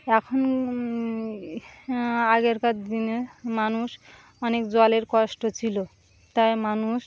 এখন আগেরকার দিনে মানুষ অনেক জলের কষ্ট ছিল তাই মানুষ